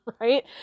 Right